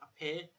appear